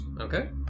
Okay